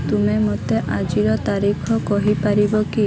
ତୁମେ ମୋତେ ଆଜିର ତାରିଖ କହିପାରିବ କି